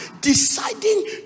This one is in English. deciding